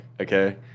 Okay